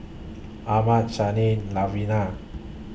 Armand Shanae Lavina